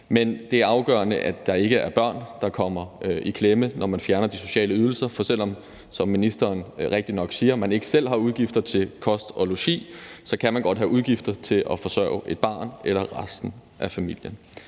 Det er afgørende, at der ikke er børn, der kommer i klemme, når man fjerner de sociale ydelser, for selv om man, som ministeren helt rigtigt siger, ikke selv har udgifter til kost og logi, kan man godt have udgifter til at forsørge et barn eller resten af familien.